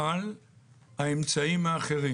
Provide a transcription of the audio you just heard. על האמצעים האחרים.